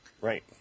Right